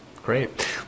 Great